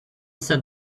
set